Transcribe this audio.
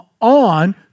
on